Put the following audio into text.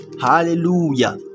hallelujah